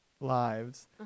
lives